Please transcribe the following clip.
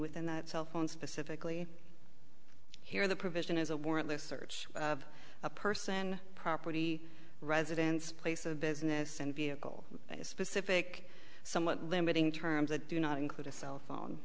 within that cell phone specifically here the provision is a warrantless search of a person property residence place of business and vehicle specific somewhat limiting terms that do not include a cell phone